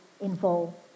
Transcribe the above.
involved